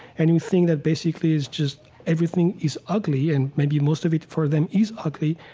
and you think that basically is just everything is ugly, and maybe most of it for them is ugly,